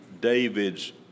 David's